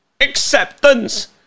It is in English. acceptance